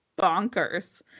bonkers